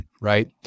right